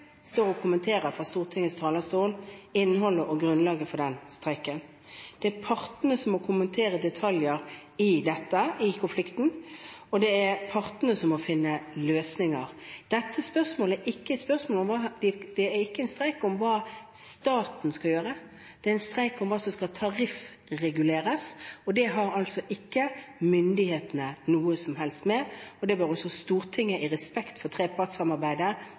står og kommenterer fra Stortingets talerstol innholdet i og grunnlaget for den streiken. Det er partene som må kommentere detaljer i konflikten, og det er partene som må finne løsninger. Denne streiken er ikke et spørsmål om hva staten skal gjøre, det er en streik om hva som skal tariffreguleres, og det har altså ikke myndighetene noe som helst med, og det bør også Stortinget i respekt for trepartssamarbeidet